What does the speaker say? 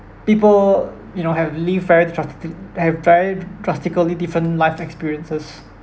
people you know have live very have very dr~ drastically different life experiences